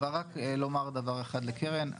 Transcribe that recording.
בסדר, אבל רק לומר דבר אחד לקרן.